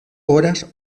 horas